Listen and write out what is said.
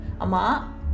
ama